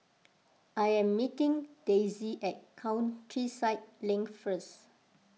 I am meeting Daisy at Countryside Link first